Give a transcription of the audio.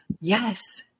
yes